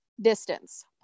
Distance